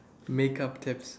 makeup tips